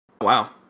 Wow